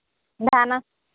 ଧାନ